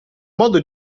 modo